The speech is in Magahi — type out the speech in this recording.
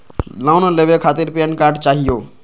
लोन लेवे खातीर पेन कार्ड चाहियो?